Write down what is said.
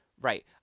right